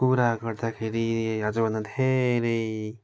कुरा गर्दाखेरि आजभन्दा धेरै